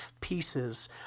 pieces